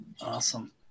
Awesome